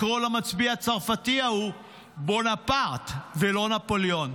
לקרוא למצביא הצרפתי ההוא בונפרט ולא נפוליאון.